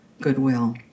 goodwill